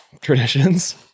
traditions